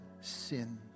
sin